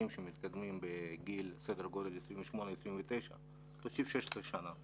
שמתקדמים בגיל 29-28. תוסיף 16 שנה,